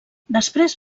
després